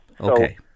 Okay